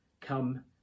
come